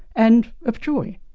and of joy.